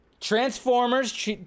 Transformers